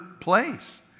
place